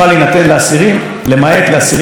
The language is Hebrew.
צריך לשלול את ההטבה הזו מאסירים ביטחוניים.